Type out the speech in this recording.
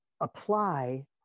apply